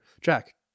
Jack